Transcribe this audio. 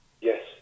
Yes